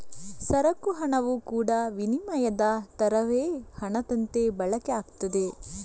ಸರಕು ಹಣವು ಕೂಡಾ ವಿನಿಮಯದ ತರವೇ ಹಣದಂತೆ ಬಳಕೆ ಆಗ್ತದೆ